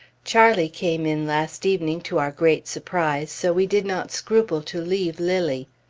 charlie came in last evening, to our great surprise, so we did not scruple to leave lilly.